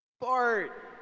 Bart